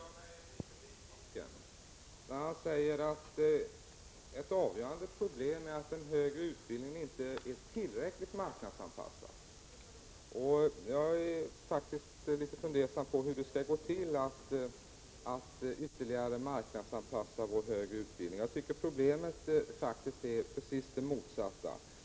Herr talman! Lars Leijonborg gör mig litet nyfiken, när han säger att ett avgörande problem är att den högre utbildningen inte är tillräckligt marknadsanpassad. Jag är faktiskt litet fundersam på hur det skall gå till att ytterligare marknadsanpassa vår högre utbildning. Problemet är precis det motsatta.